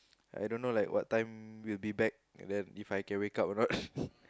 I dunno like what time we'll be back then If I can wake up or not